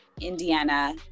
indiana